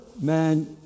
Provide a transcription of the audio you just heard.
man